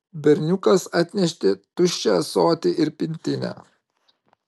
berniukas atnešė tuščią ąsotį ir pintinę